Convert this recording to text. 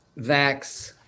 vax